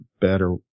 better